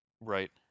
Right